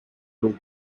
loop